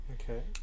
okay